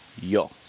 Yo